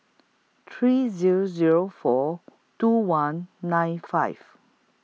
three Zero Zero four two one nine five